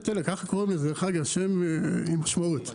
קוראים לזה פקודת הטלגרף שם עם משמעות.